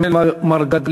420,